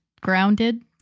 grounded